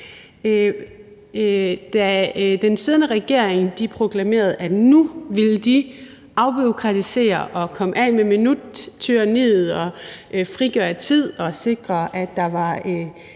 Da den siddende regering proklamerede, at nu ville de afbureaukratisere og komme af med minuttyranniet og frigøre tid og sikre, at der var